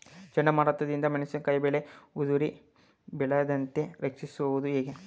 ಚಂಡಮಾರುತ ದಿಂದ ಮೆಣಸಿನಕಾಯಿ ಬೆಳೆ ಉದುರಿ ಬೀಳದಂತೆ ರಕ್ಷಿಸುವುದು ಹೇಗೆ?